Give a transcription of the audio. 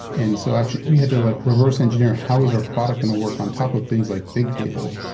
and so actually, we had to like reverse engineer how was our product going to work on top of things like bigtable,